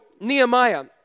Nehemiah